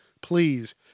Please